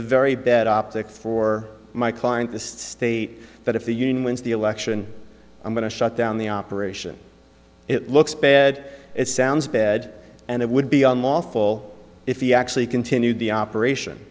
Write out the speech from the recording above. very bad optic for my client the state that if the union wins the election i'm going to shut down the operation it looks bad it sounds bed and it would be unlawful if he actually continued the operation